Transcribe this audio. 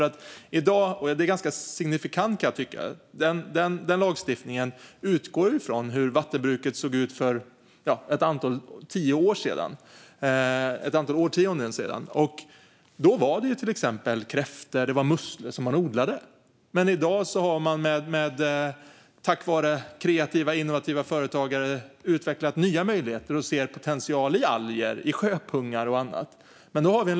Det här är ganska signifikant. Denna lagstiftning utgår från hur vattenbruket såg ut för ett antal årtionden sedan. Då odlade man till exempel kräftor och musslor. Men i dag har man tack vare kreativa och innovativa företagare utvecklat nya möjligheter och ser potential i alger, sjöpungar och annat.